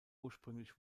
ursprünglich